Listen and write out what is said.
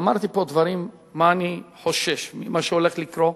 ואמרתי דברים שאני חושש שהולכים לקרות.